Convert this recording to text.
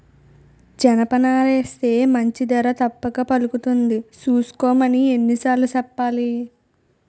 జనపనారేస్తే మంచి ధర తప్పక పలుకుతుంది సూసుకోమని ఎన్ని సార్లు సెప్పాలి?